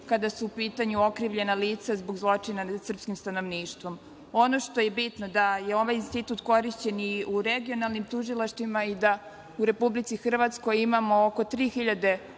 kada su u pitanju okrivljena lica zbog zločina nad srpskim stanovništvom. Ono što je bitno je da je ovaj institut korišćen i u regionalnim tužilaštvima, u Republici Hrvatskoj imamo oko 3000